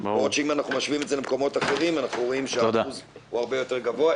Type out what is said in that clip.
אנחנו נעקוב אחריה בדפים.